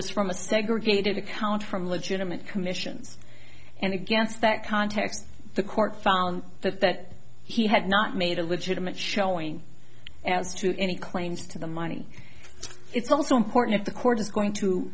was from a segregated account from legitimate commissions and against that context the court found that he had not made a legitimate showing as to any claims to the money it's also important if the court is going to